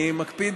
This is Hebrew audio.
אני מקפיד,